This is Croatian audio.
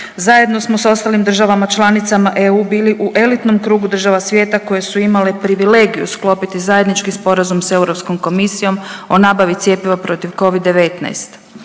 zajedno smo sa ostalim državama članicama EU bili u elitnom krugu država svijeta koje su imale privilegiju sklopiti zajednički sporazum sa Europskom komisijom o nabavi cjepiva protiv covid-19.